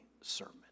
sermon